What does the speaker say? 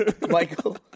Michael